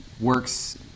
works